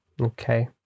Okay